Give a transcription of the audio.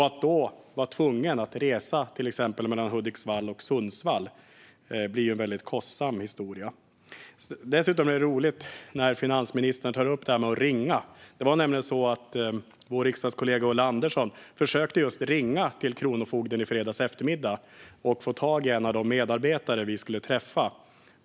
Att då vara tvungen att resa mellan till exempel Hudiksvall och Sundsvall blir en väldigt kostsam historia. Dessutom är det roligt att finansministern tar upp detta med att ringa. Vår riksdagskollega Ulla Andersson försökte just ringa till Kronofogden i fredags eftermiddag och få tag i en av de medarbetare vi skulle träffa.